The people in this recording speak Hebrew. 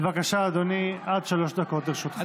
בבקשה, אדוני, עד שלוש דקות לרשותך.